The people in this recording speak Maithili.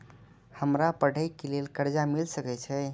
हमरा पढ़े के लेल कर्जा मिल सके छे?